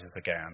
again